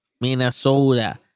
Minnesota